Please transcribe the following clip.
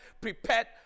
prepared